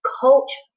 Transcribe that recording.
coach